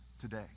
today